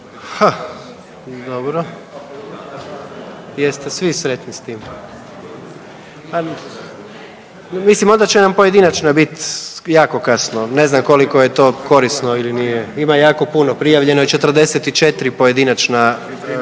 Dobro, jeste svi sretni s tim? Mislim onda će nam pojedinačna biti jako kasno, ne znam koliko je to korisno ili nije. Ima jako puno, prijavljeno je 44 pojedinačna